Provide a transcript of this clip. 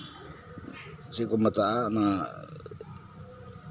ᱪᱮᱫ ᱠᱚ ᱢᱮᱛᱟᱜᱼᱟ ᱚᱱᱟ